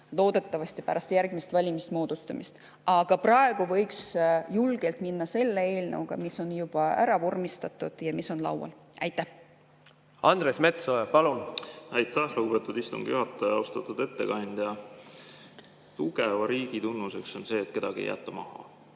loodetavasti pärast järgmise [valitsuse] moodustamist. Aga praegu võiks julgelt minna selle eelnõuga, mis on juba ära vormistatud ja mis on laual. Andres Metsoja, palun! Aitäh, lugupeetud istungi juhataja! Austatud ettekandja! Tugeva riigi tunnuseks on see, et kedagi ei jäeta maha.